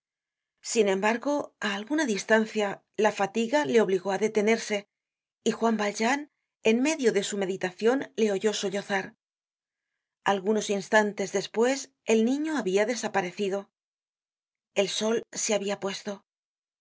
sin embargo á alguna distancia la fatiga le obligó á detenerse y juan valjean en medio de su meditación le oyó sollozar algunos instantes despues el niño habia desaparecido el sol se habia puesto la